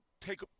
take